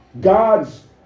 God's